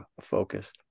focus